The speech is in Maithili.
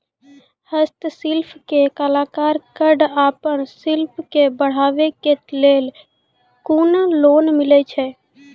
हस्तशिल्प के कलाकार कऽ आपन शिल्प के बढ़ावे के लेल कुन लोन मिलै छै?